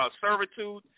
Servitude